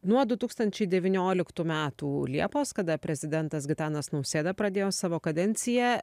nuo du tūkstančiai devynioliktų metų liepos kada prezidentas gitanas nausėda pradėjo savo kadenciją